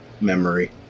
memory